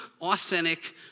authentic